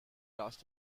lost